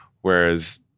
whereas